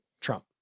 Trump